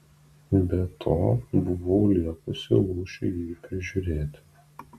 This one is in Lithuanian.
be to buvau liepusi lūšiui jį prižiūrėti